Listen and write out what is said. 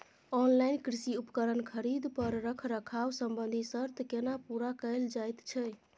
Online कृषि उपकरण खरीद पर रखरखाव संबंधी सर्त केना पूरा कैल जायत छै?